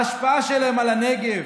וההשפעה שלהם על הנגב,